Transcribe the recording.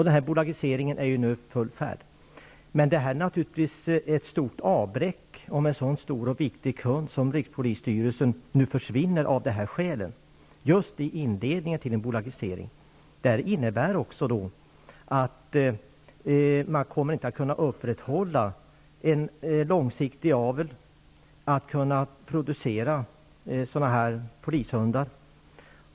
Den här bolagiseringen är nu i full gång. Om om en så stor och viktig kund som rikspolisstyrelsen nu försvinner av dessa skäl just i inledningen av en bolagisering, är det naturligtvis ett stort avbräck. Det innebär att man inte kommer att kunna upprätthålla en långsiktig avel och producera polishundar.